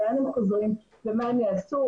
לאן הם חוזרים ומה הם יעשו,